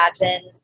imagine